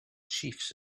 chiefs